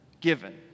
given